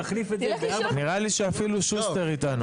נראה לי שאפילו שוסטר איתנו.